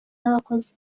n’abakozi